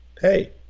Hey